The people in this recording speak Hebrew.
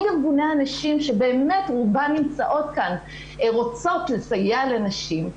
אם ארגוני הנשים שבאמת רובן נמצאות כאן רוצות לסייע לנשים,